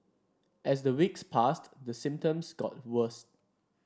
as the weeks passed the symptoms got worse